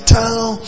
town